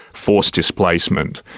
forced displacement.